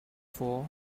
for